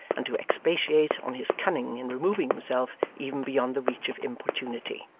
and to expatiate on his cunning in removing himself even beyond the reach of importunity.